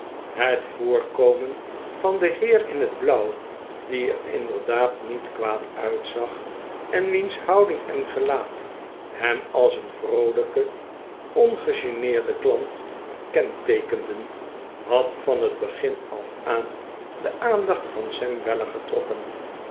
het voorkomen van den heer in het blauw die er inderdaad niet kwaad uitzag en wiens houding en gelaat hem als een vroolijken ongegeneerden klant kenteekenden had van het begin af aan de aandacht van sam weller